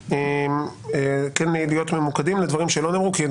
הבאים להיות ממוקדים לדברים שלא נאמרו ולא לחזור על דברים שנאמרו.